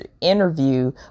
interview